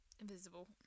invisible